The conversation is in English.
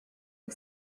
the